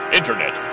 Internet